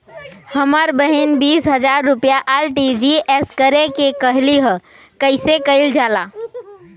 हमर बहिन बीस हजार रुपया आर.टी.जी.एस करे के कहली ह कईसे कईल जाला?